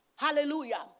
Hallelujah